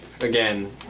again